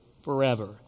forever